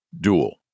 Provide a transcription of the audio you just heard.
dual